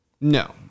No